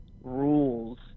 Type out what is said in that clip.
rules